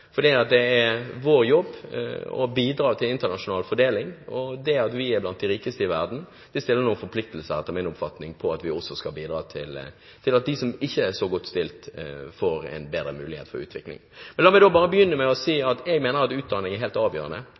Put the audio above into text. for det er vår jobb å bidra til internasjonal fordeling. Det at vi er blant de rikeste i verden, medfører noen forpliktelser, etter min oppfatning, om at vi skal bidra til at de som ikke er så godt stilt, får en bedre mulighet for utvikling. La meg da begynne med å si at jeg mener at utdanning er helt avgjørende.